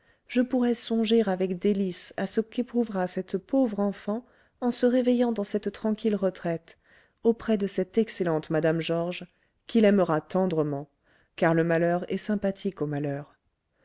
je pourrai songer avec délices à ce qu'éprouvera cette pauvre enfant en se réveillant dans cette tranquille retraite auprès de cette excellente mme georges qui l'aimera tendrement car le malheur est sympathique au malheur